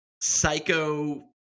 psycho